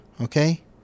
Okay